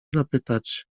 zapytać